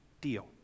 deal